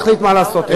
שיחליט מה לעשות אתו.